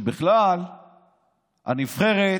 כשבכלל הנבחרת,